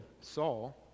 Saul